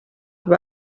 war